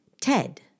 Ted